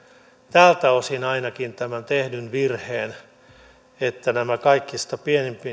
tältä osin ainakin tämän tehdyn virheen että nämä kaikista